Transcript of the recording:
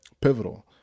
Pivotal